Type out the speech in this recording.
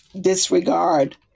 disregard